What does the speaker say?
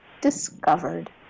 discovered